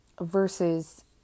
versus